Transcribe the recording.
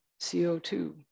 CO2